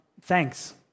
thanks